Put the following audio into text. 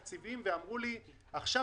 נציגי אגף התקציבים ואמרו לי: עכשיו